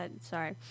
Sorry